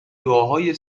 دعاهای